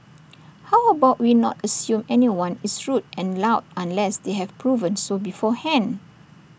how about we not assume anyone is rude and loud unless they have proven so beforehand